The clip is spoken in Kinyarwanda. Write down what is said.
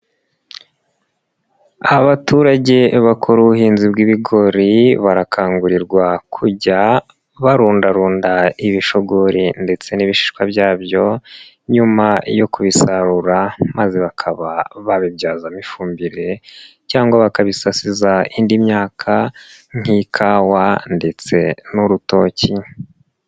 Abaturage bakora ubuhinzi bw'ibigori, barakangurirwa kujya barundarunda ibishogori ndetse n'ibishishwa byabyo, nyuma yo kubisarura maze bakaba babibyazamo ifumbire cyangwa bakabisasiza indi myaka nk'ikawa ndetse n'urutoki.